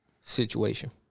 situation